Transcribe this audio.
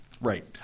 Right